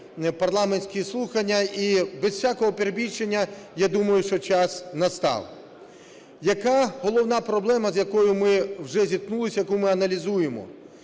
парламентські слухання, і без всякого перебільшення, я думаю, що час настав. Яка головна проблема, з якою ми вже зіткнулися, яку ми аналізуємо?